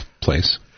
place